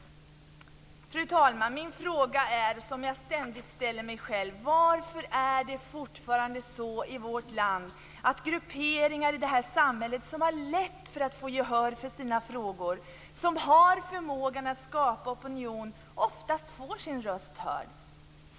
Fru talman! En fråga som jag ständigt ställer mig själv är: Varför är det fortfarande så i vårt land att grupperingar i samhället som har lätt att få gehör för sina frågor och som har förmågan att skapa opinion oftast får sin röst hörd?